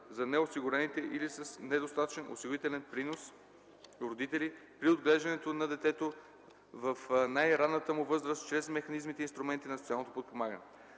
за неосигурените или с недостатъчен осигурителен принос родители при отглеждането на детето в най-ранната му възраст чрез механизмите и инструментите на социалното подпомагане.